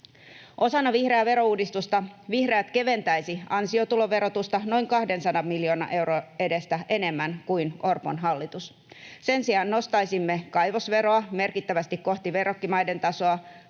Osana vihreää verouudistusta vihreät keventäisivät ansiotuloverotusta noin 200 miljoonan euron edestä enemmän kuin Orpon hallitus. Sen sijaan nostaisimme kaivosveroa merkittävästi kohti verrokkimaiden tasoa,